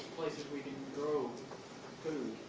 places we can grow food.